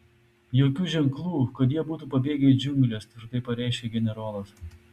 jokių ženklų kad jie būtų pabėgę į džiungles tvirtai pareiškė generolas